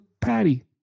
patty